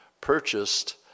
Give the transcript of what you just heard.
purchased